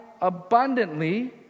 abundantly